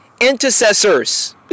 intercessors